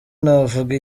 navuga